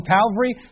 Calvary